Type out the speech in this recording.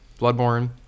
Bloodborne